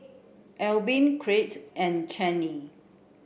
Albin Crete and Chaney